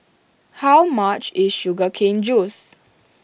how much is Sugar Cane Juice